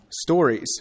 stories